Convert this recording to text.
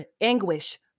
anguish